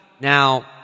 now